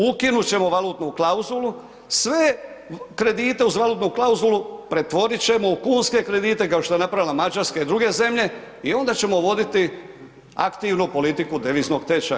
Ukinut ćemo valutnu klauzulu, sve kredite uz valutnu klauzulu pretvorit ćemo u kunske kredite, kao što je napravila Mađarska i druge zemlje i onda ćemo voditi aktivnu politiku deviznog tečaja.